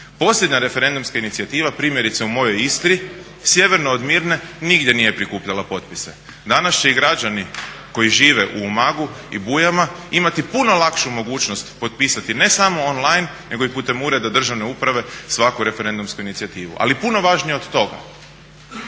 Posljednja referendumska inicijativa, primjerice u mojoj Istri, sjeverno od Mirne nigdje nije prikupljala potpise. Danas će i građani koji žive u Umagu i Bujama imati puno lakšu mogućnost potpisati ne samo online nego i putem Ureda državne uprave svaku referendumsku inicijativu. Ali i puno važnije od toga